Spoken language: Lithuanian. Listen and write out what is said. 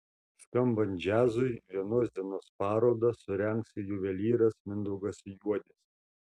skambant džiazui vienos dienos parodą surengs juvelyras mindaugas juodis